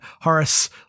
Horace